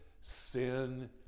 sin